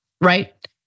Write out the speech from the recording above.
right